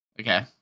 Okay